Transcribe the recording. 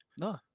no